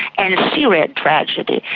and the syria tragedy,